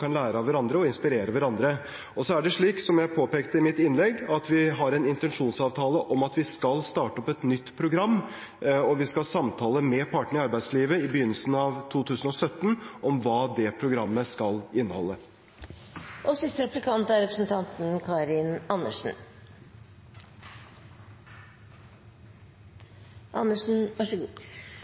kan lære av hverandre og inspirere hverandre. Så er det slik, som jeg påpekte i mitt innlegg, at vi har en intensjonsavtale om at vi skal starte opp et nytt program, og vi skal samtale med partene i arbeidslivet i begynnelsen av 2017 om hva det programmet skal inneholde. Når man lager ordninger for å heve kompetansen, er